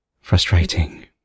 Frustrating